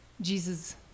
Jesus